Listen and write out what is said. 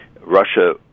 Russia